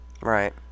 Right